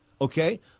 okay